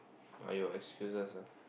!aiyo! excuses lah